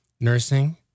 nursing